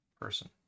person